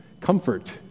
comfort